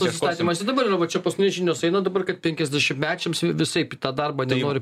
nusistatymas ir dabar yra va čia pas mane žinios eina dabar kaip penkiasdešimtmečiams v visaip į tą darbą nenori